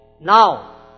Now